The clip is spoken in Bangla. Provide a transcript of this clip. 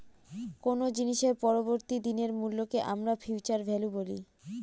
কোনো জিনিসের পরবর্তী দিনের মূল্যকে আমরা ফিউচার ভ্যালু বলি